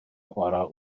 chwarae